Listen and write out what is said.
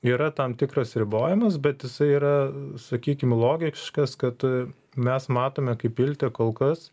yra tam tikras ribojimas bet jisai yra sakykim logiškas kad mes matome kaip iltė kol kas